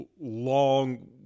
long